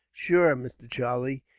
shure, mr. charlie,